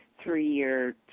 three-year